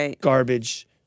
garbage